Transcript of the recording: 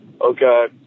Okay